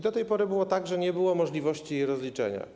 Do tej pory było tak, że nie było możliwości jej rozliczenia.